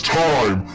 time